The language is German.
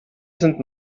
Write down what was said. sind